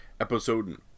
episode